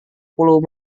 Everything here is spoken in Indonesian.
puluh